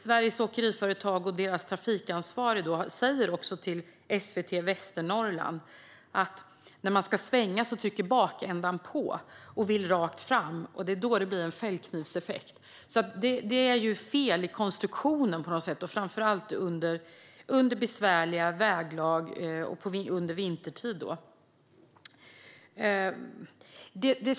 Sveriges Åkeriföretag och deras trafikansvarige säger också till SVT Västernorrland att när man ska svänga trycker bakändan på och vill rakt fram, och det är då det blir en fällknivseffekt. Det är på något sätt fel i konstruktionen, framför allt på besvärliga väglag och under vintertid.